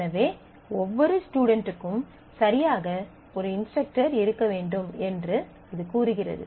எனவே ஒவ்வொரு ஸ்டுடென்ட்டுக்கும் சரியாக ஒரு இன்ஸ்ட்ரக்டர் இருக்க வேண்டும் என்று அது கூறுகிறது